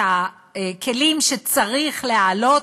את הכלים שצריך להעלות,